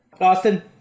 Austin